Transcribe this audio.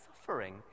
suffering